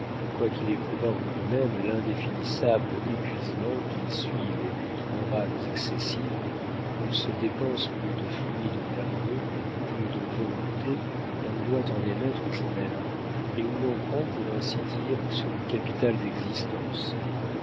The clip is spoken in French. quoiqu'il éprouvât en lui-même l'indéfinissable épuisement qui suit les luttes morales excessives où se dépense plus de fluide nerveux plus de volonté qu'on ne doit en émettre journellement et où l'on prend pour ainsi dire sur le capital d'existence